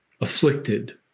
afflicted